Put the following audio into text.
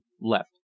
left